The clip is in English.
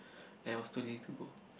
and I was too lazy to go